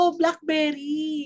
blackberry